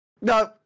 No